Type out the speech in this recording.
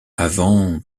avant